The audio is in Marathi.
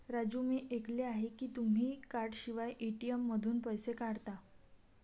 राजू मी ऐकले आहे की तुम्ही कार्डशिवाय ए.टी.एम मधून पैसे काढता